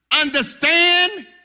understand